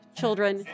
children